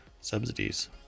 subsidies